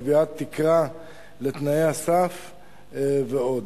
קביעת תקרה לתנאי הסף ועוד.